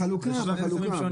בחלוקה.